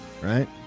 right